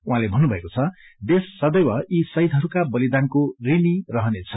उहाँले भन्नुभएको छ देश सदैव यी शहीदहरूका बलिदानको ऋणी रहनेछ